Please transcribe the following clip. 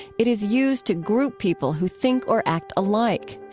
it is used to group people who think or act alike.